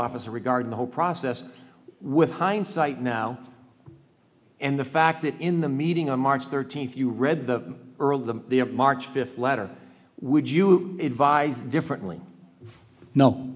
officer regarding the whole process with hindsight now and the fact that in the meeting on march thirteenth you read the earlier the march fifth letter would you advise differently